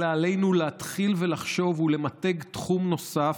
אלא עלינו להתחיל לחשוב ולמתג תחום נוסף,